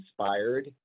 inspired